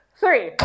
three